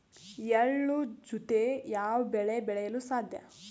ಎಳ್ಳು ಜೂತೆ ಯಾವ ಬೆಳೆ ಬೆಳೆಯಲು ಸಾಧ್ಯ?